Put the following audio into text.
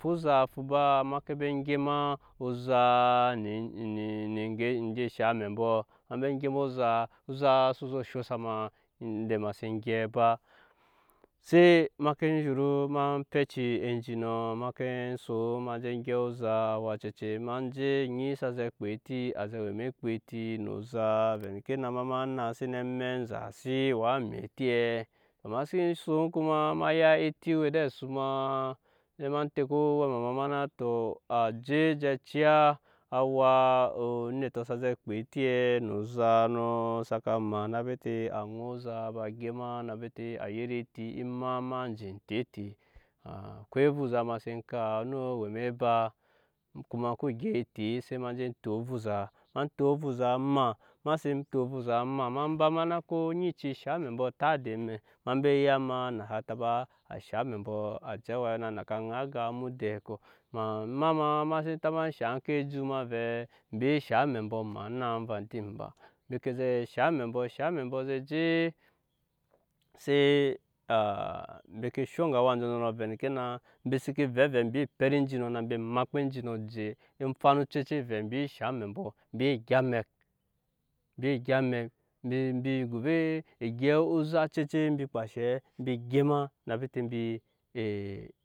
Vuza ko ba ma ke ba gema ozaa ne eŋge shaŋ amɛ mbɔ ma ba gema oza ozaa xso zɛ sho sa ma enda ma sen gyɛp ba se ma mke zhuru en pɛci enginɔ ma ke son ma je gyɛp oza awa acece ma je onyi sa kpa eti a zɛ we eme kpa eti no ozaa a vɛ deke na ma ma naase ni amɛk enzasi waa ma etiɛ ma seen son kuma ma ya eti we ed'asu ma ema tɛke owɛma ma to a je je ciya awa onetɔ sa zɛ kpa etiɛ no oza no saka ma na bete a ŋai ozaa ba gema na bete a yet eti ema ma je te ete akwai ovuza ma sen kap o no we eme ba kuma oŋke gyɛp eti se ma je too ovuza ma too ovuza maa ma sen too ovuza maa ma ba ma ko eni cii shaŋ amɛ mbɔ ta edet emɛ ma ba ya ma a xnasa taba shaŋ amɛ mbɔ a je awai a na ka ŋai aga omodɛi kɔ ma ema ma ma xsen taba shaŋ ke ejut ma vɛɛ embe shaŋ amɛ mbɔ maa enava din ba embi ke zɛ shaŋ amɛ mbɔ shaŋ amɛ mbɔ zɛ je se mbi ke sho eŋge awa njɔnjɔnɔ a vɛ deke na embi seke vɛ evɛ mbii pɛt enginɔ na mbi makpa enginɔ je ofan ocece vɛ mbi shaŋ amɛ mbɔ embii gya amɛk mbi gya amɛk embi go vɛ gyɛp ozaa ocece mbi ka enshe mbi gema na bete.